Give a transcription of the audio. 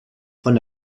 von